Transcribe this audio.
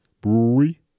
Brewery